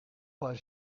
paar